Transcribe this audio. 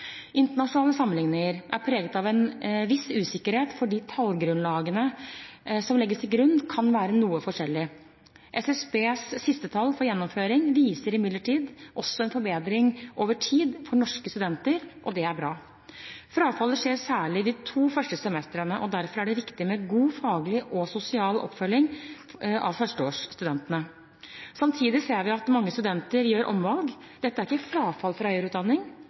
Internasjonale sammenligninger er preget av en viss usikkerhet fordi tallgrunnlagene som legges til grunn, kan være noe forskjellig. SSBs siste tall for gjennomføring viser imidlertid også en forbedring over tid for norske studenter, og det er bra. Frafallet skjer særlig de to første semestrene, og derfor er det viktig med god faglig og sosial oppfølging av førsteårsstudentene. Samtidig ser vi at mange studenter gjør omvalg. Dette er ikke frafall fra